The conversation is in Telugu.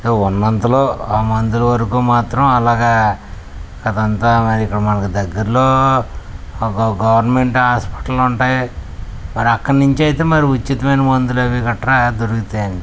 ఉన్నంతలో ఆ మందులు వరకు మాత్రం అలాగా అది అంతా మరి మనకి ఇక్కడ మనకి దగ్గరలో ఒక గవర్నమెంట్ హాస్పటల్ ఉంటాయి మరి అక్కడ నుంచి అయితే మరి ఉచితమైన మందులు అవి గట్రా దొరుకుతాయి అండి